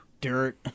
dirt